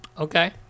Okay